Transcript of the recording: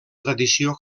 tradició